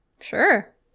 Sure